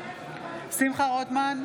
שמחה רוטמן,